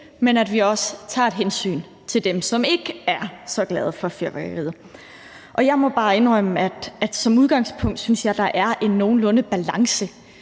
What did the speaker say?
men at vi også tager hensyn til dem, som ikke er så glade for fyrværkeri. Og jeg må bare indrømme, at som udgangspunkt synes jeg, at der er en nogenlunde balance